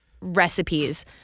recipes